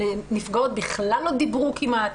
והנפגעות בכלל לא דיברו כמעט.